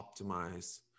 optimize